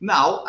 Now